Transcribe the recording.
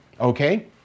okay